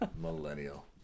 Millennial